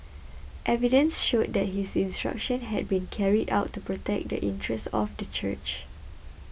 evidence showed that his instructions had been carried out to protect the interests of the church